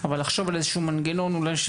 אבל לחשוב על איזשהו מנגנון אולי של